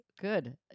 good